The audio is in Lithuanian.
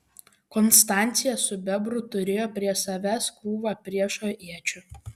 konstancija su bebru turėjo prie savęs krūvą priešo iečių